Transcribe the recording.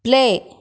play